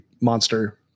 monster